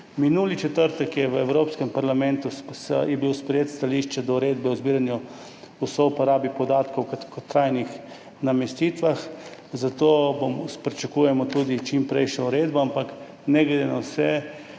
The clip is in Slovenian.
Minuli četrtek je bilo v Evropskem parlamentu sprejeto stališče do uredbe o zbiranju in souporabi podatkov o kratkotrajnih namestitvah, zato pričakujemo tudi čimprejšnjo uredbo. Ampak ne glede na vse,